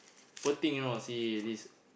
poor thing you know see this